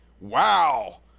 Wow